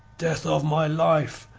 death of my life,